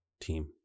team